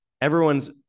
Everyone's